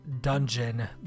dungeon